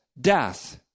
death